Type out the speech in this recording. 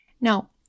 Now